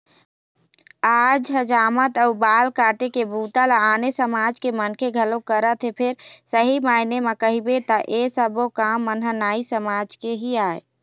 आज हजामत अउ बाल काटे के बूता ल आने समाज के मनखे घलोक करत हे फेर सही मायने म कहिबे त ऐ सब्बो काम मन ह नाई समाज के ही आय